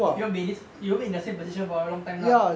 you won't be in this you won't be in the same position for a long time lah